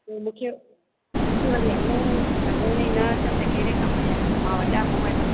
त मूंखे मूंखे वरी हलाइणो ई हलाइण ई न अचनि त कहिड़े कमु जा मां वॾा मोबाइल